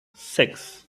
six